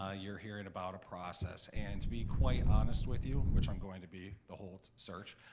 ah you're hearing about a process and to be quite honest with you, which i'm going to be the whole search,